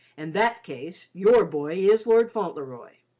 and that case, your boy is lord fauntleroy.